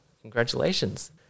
Congratulations